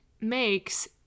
makes